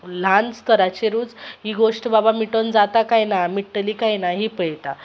ल्हान स्थराचेरूच ही गोश्ट बाबा मिटोवन जाता काय ना मिटतली कांय ना ही पयता